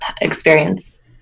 experience